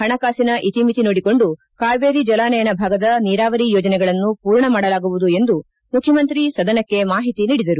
ಪಣಕಾಸಿನ ಇತಿಮಿತಿ ನೋಡಿಕೊಂಡು ಕಾವೇರಿ ಜಲಾನಯನ ಭಾಗದ ನೀರಾವರಿ ಯೋಜನೆಗಳನ್ನು ಪೂರ್ಣ ಮಾಡಲಾಗುವುದು ಎಂದು ಮುಖ್ಕಮಂತ್ರಿ ಸದನಕ್ಕೆ ಮಾಹಿತಿ ನೀಡಿದರು